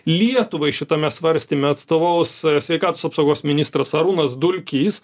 lietuvai šitame svarstyme atstovaus sveikatos apsaugos ministras arūnas dulkys